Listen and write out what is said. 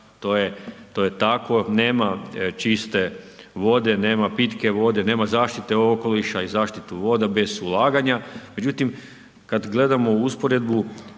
to je tako, nema čiste vode, nema pitke vode, nema zaštite okoliša i zaštite voda bez ulaganja. Međutim, kad gledamo usporedbu